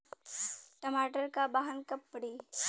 टमाटर क बहन कब पड़ी?